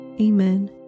Amen